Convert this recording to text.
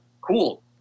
cool